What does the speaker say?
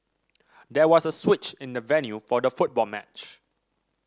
there was a switch in the venue for the football match